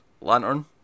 lantern